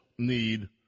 need